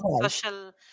social